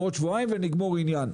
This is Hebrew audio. בעוד שבועיים ונגמור עניין.